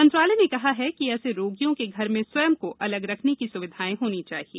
मंत्रालय ने कहा है कि ऐसे रोगियों के घर में स्वयं को अलग रखने की सुविधाएं होनी चाहिए